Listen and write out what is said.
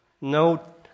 No